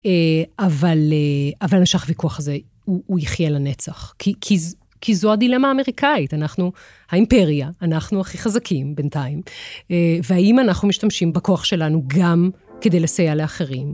אבל השחווי כוח הזה, הוא יחיה לנצח. כי זו הדילמה האמריקאית, אנחנו, האימפריה, אנחנו הכי חזקים בינתיים, והאם אנחנו משתמשים בכוח שלנו גם כדי לסייע לאחרים?